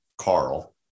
Carl